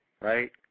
right